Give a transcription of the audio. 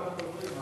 אחרון הדוברים.